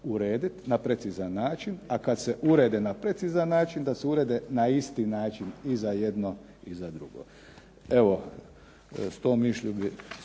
urediti na precizan način, a kada se urede na precizan način da se urede na isti način i za jedno i za drugo. Evo, s tom mišlju bih